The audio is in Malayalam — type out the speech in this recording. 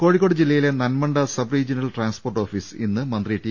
കോഴിക്കോട് ജില്ലയിലെ Nanmanda sub regional transport office ഇന്ന് മന്ത്രി ട്ടി